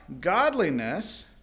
godliness